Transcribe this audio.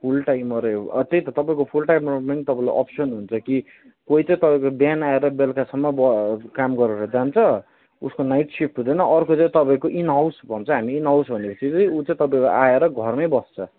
फुल टाइमरै हो अँ त्यही त तपाईँको फुल टाइमरमा पनि तपाईँलाई अप्सन हुन्छ कि कोही चाहिँ तपाईँको बिहान आएर बेलुकासम्म ब काम गरेर जान्छ उसको नाइट सिफ्ट हुँदैन अर्को चाहिँ तपाईँको इन हाउस भन्छ हामी इन हाउस भनेपछि चाहिँ उ चाहिँ तपाईँको आएर घरमै बस्छ